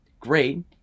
great